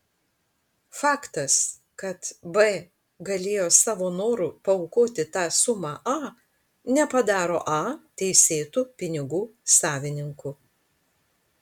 faktas kad b galėjo savo noru paaukoti tą sumą a nepadaro a teisėtu pinigų savininku